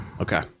okay